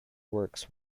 works